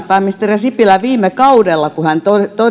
pääministeri sipilä jo viime kaudella kun hän